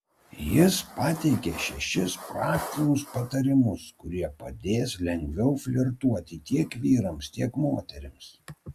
jis pateikia šešis praktinius patarimus kurie padės lengviau flirtuoti tiek vyrams tiek moterims